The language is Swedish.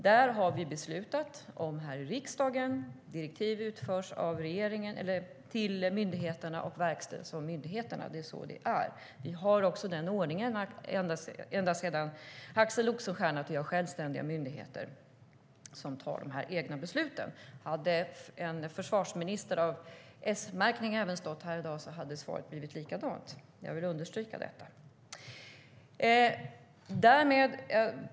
Vi har här i riksdagen beslutat att direktiv utfärdas av regeringen och verkställs av myndigheterna. Det är så det är. Vi har den ordningen ända sedan Axel Oxenstiernas tid att vi har självständiga myndigheter som fattar egna beslut. Hade en försvarsminister med S-märkning stått här i dag hade svaret blivit likadant. Jag vill understryka detta.